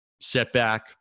Setback